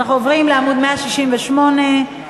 סעיף תקציבי 29,